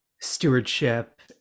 stewardship